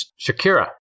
Shakira